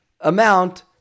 amount